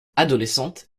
adolescente